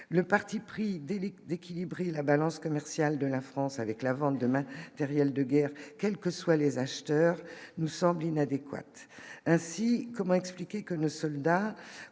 des ligues d'équilibrer la balance commerciale de la France avec la vente de demain derrière de guerre, quelles que soient les acheteurs nous sommes inadéquate ainsi : comment expliquer que nos soldats